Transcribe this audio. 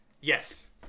yes